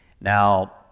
Now